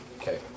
Okay